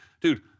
Dude